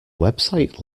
website